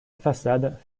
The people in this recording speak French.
façade